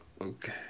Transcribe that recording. okay